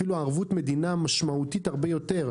אפילו ערבות מדינה משמעותית הרבה יותר,